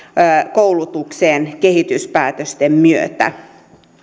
koulutukseen kehyspäätösten myötä